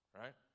right